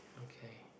okay